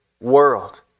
world